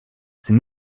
ces